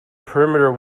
perimeter